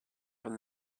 from